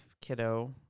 kiddo